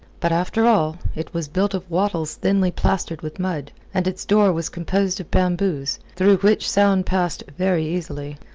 but, after all, it was built of wattles thinly plastered with mud, and its door was composed of bamboos, through which sound passed very easily.